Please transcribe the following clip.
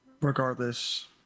regardless